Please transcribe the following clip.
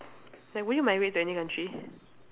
like will you migrate to any country